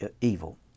evil